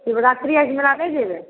शिवरात्रि आओर झिमड़ा नहि जेबै